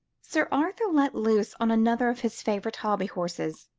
sir arthur, let loose on another of his favourite hobby-horses,